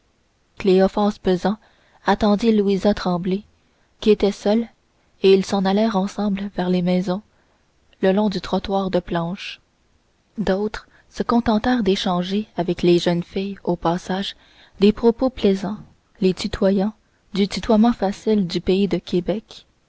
cléophas pesant attendit louisa tremblay qui était seule et ils s'en allèrent ensemble vers les maisons le long du trottoir de planches d'autres se contentèrent d'échanger avec les jeunes filles au passage des propos plaisants les tutoyant du tutoiement facile du pays de québec